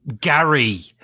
Gary